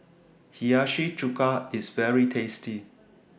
Hiyashi Chuka IS very tasty